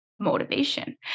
motivation